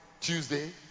Tuesday